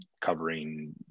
covering